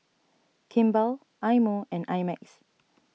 Kimball Eye Mo and I Max